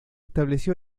estableció